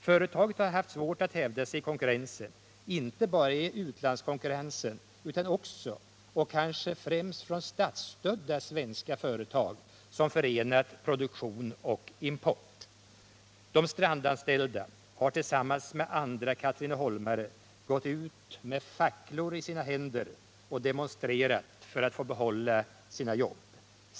Företaget har haft svårigheter att hävda sig i konkurrensen, inte bara i utlandskonkurrensen utan också, och kanske främst, från statsstödda svenska företag, som förenat produktion och import. De Strandanställda har tillsammans med andra katrineholmare gått ut med facklor i händerna och demonstrerat för att få behålla sina jobb.